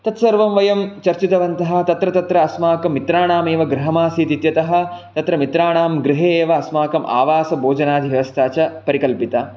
तत्सर्वं वयं चर्चितवन्तः तत्र तत्र अस्माकं मित्राणाम् एव गृहमासीत् इत्यतः तत्र मित्राणां गृहे एव अस्माकम् आवासभोजनादिव्यवस्था च परिकल्पिता